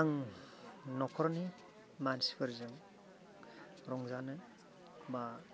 आं नखरनि मानसिफोरजों रंजानो बा